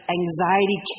anxiety